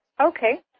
Okay